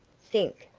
think!